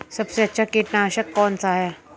सबसे अच्छा कीटनाशक कौन सा है?